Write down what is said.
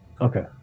okay